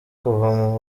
kuva